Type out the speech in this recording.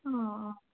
অঁ অঁ